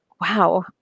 Wow